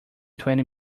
twenty